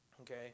Okay